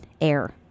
air